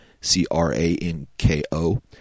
C-R-A-N-K-O